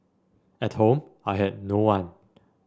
at home I had no one